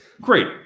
great